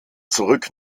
zurück